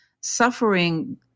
suffering